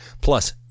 Plus